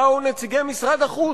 באו נציגי משרד החוץ,